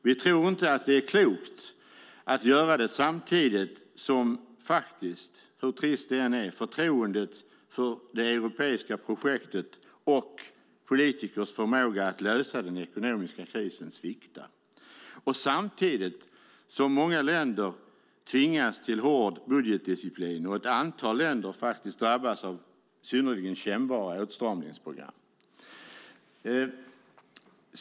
Vi tror inte att det är klokt att göra det samtidigt som, hur trist det än är, förtroendet för det europeiska projektet och politikers förmåga att lösa den ekonomiska krisen sviktar och samtidigt som många länder tvingas till hård budgetdisciplin och ett antal länder faktiskt drabbas av synnerligen kännbara åtstramningsprogram.